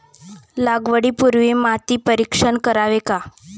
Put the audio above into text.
लागवडी पूर्वी माती परीक्षण करावे का?